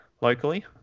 locally